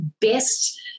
best